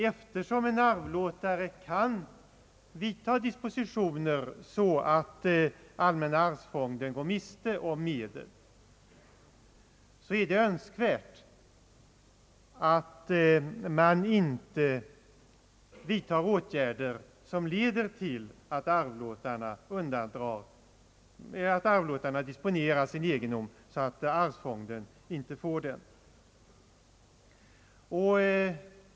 Eftersom en arvlåtare kan vidtaga dispositioner så att allmänna arvsfonden går miste om medel är det önskvärt att man inte vidtar åtgärder som leder till att arvlåtarna disponerar sin egendom på så sätt att den inte tillförs arvsfonden.